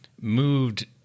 moved